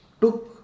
took